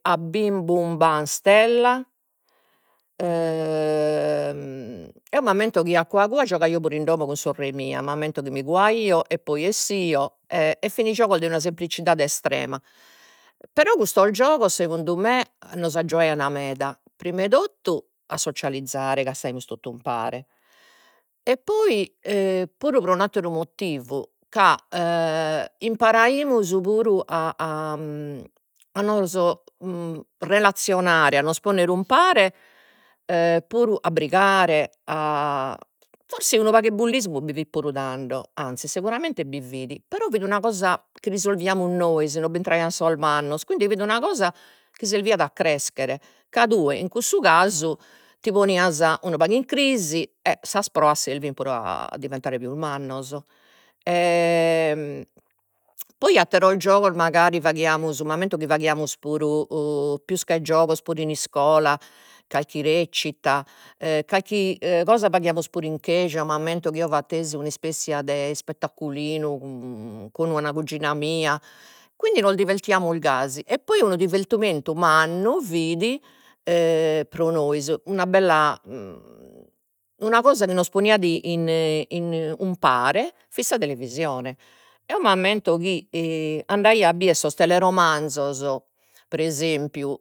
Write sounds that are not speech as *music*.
A bim bum bam stella *hesitation* eo m'ammento chi a cua cua giogaio puru in domo cun sorre mia, m'ammento chi mi cuaio, e poi 'essio, e e fin giogos de una semplicidade estrema, però custos giogos segundu me nos aggiuaian meda, primi 'e totu a socializzare, ca istaimus totu umpare, e poi puru pro un'atteru motivu, ca *hesitation* imparaimus puru a a a nos relazionare a nos ponnere umpare *hesitation* puru a brigare a forsis unu pagu 'e bullismu bi fit puru tando, anzis siguramente bi fit però fit una cosa chi risolviamus nois, non b'intraian sos mannos quindi fit una cosa chi serviat a creschere, ca tue in cussu casu ti ponias unu pagu in crisi, e sas proas servin però a diventare pius mannos *hesitation* poi atteros giogos magari faghiamus, m'ammento chi faghiamus puru *hesitation* pius che giogos puru in iscola, calchi recita, e calchi e cosa faghiamus puru in chescia, m'ammento chi eo fattesi un'ispessia de ispettaculinu cun u- una cugina mia, quindi nos divertiamus gasi, e poi unu divertimentu mannu fit *hesitation* pro nois una bella *hesitation* una cosa chi nos poniat umpare fit sa televisione, eo m'ammento chi *hesitation* andaio a bier sos teleromanzos pre esempiu